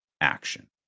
action